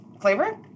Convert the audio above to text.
Flavor